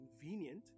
convenient